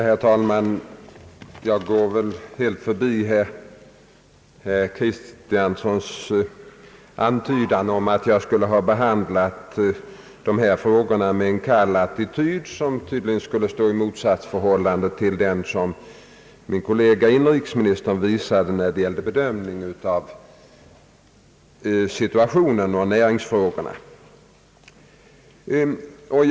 Herr talman! Jag går helt förbi herr Kristianssons antydan om att jag skulle ha behandlat dessa frågor med en kall attityd, som tydligen skulle stå i motsatsförhållande till den attityd som min kollega inrikesministern intog när det gällde näringsfrågorna och arbetsmarknadssituationen.